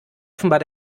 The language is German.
offenbar